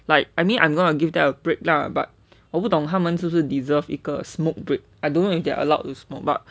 like I mean I'm gonna give that a break lah but 我不懂他们是不是 deserve 一个 smoke break I don't know if they're allowed to smoke but